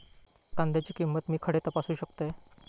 कांद्याची किंमत मी खडे तपासू शकतय?